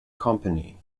company